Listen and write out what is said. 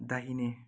दाहिने